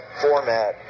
format